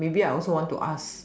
maybe I also want to ask